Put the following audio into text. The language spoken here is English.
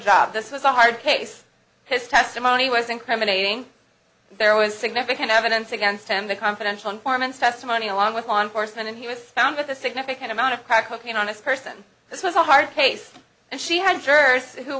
job this was a hard case his testimony was incriminating there was significant evidence against him the confidential informants testimony along with law enforcement and he was found with a significant amount of crack cocaine honest person this was a hard case and she had jurors who